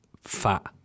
fat